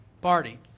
Party